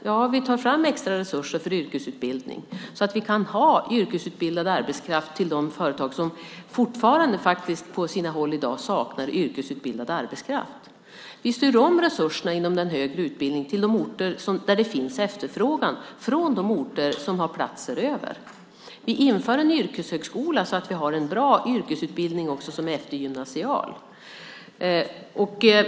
Ja, vi tar fram extra resurser för yrkesutbildning, så att vi kan ha yrkesutbildad arbetskraft till de företag som faktiskt fortfarande på sina håll saknar yrkesutbildad arbetskraft. Vi styr om resurserna inom den högre utbildningen till de orter där det finns efterfrågan från de orter som har platser över. Vi inför en yrkeshögskola, så att vi har en bra yrkesutbildning också som är eftergymnasial.